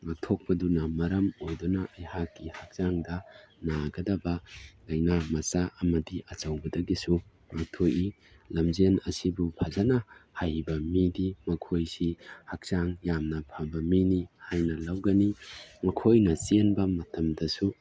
ꯉꯥꯛꯊꯣꯛꯄꯗꯨꯅ ꯃꯔꯝ ꯑꯣꯏꯗꯨꯅ ꯑꯩꯍꯥꯛꯀꯤ ꯍꯛꯆꯥꯡꯗ ꯅꯥꯒꯗꯕ ꯂꯩꯅꯥ ꯃꯆꯥ ꯑꯃꯗꯤ ꯑꯆꯧꯕꯗꯒꯤꯁꯨ ꯉꯥꯛꯊꯣꯛꯏ ꯂꯝꯖꯦꯟ ꯑꯁꯤꯕꯨ ꯐꯖꯅ ꯍꯩꯕ ꯃꯤꯗꯤ ꯃꯈꯣꯏꯁꯤ ꯍꯛꯆꯥꯡ ꯌꯥꯝꯅ ꯐꯕ ꯃꯤꯅꯤ ꯍꯥꯏꯅ ꯂꯧꯒꯅꯤ ꯃꯈꯣꯏꯅ ꯆꯦꯟꯕ ꯃꯇꯝꯗꯁꯨ